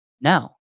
No